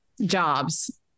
Jobs